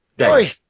Oi